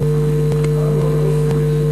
להישאר אדיש